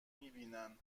میبینن